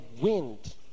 wind